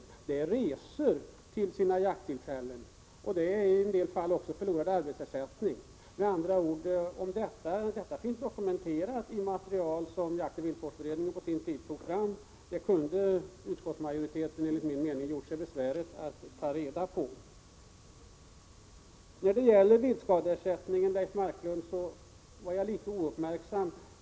Kostnaderna för resor i samband med jakt är stora, liksom i en del fall förlorad arbetsersättning. Detta finns dokumenterat i det material som jaktoch viltvårdsberedningen på sin tid tog fram. Utskottsmajoriteten kunde enligt min mening ha gjort sig besväret att ta reda på det. Beträffande viltskadeersättning, Leif Marklund, var jag litet ouppmärksam.